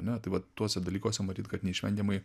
ne tai va tuose dalykuose matyt kad neišvengiamai